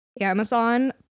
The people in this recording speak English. Amazon